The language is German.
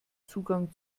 zugang